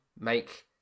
make